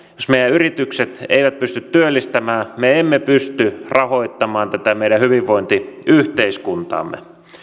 yritykset eivät pysty työllistämään me emme pysty rahoittamaan tätä meidän hyvinvointiyhteiskuntaamme